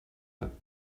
that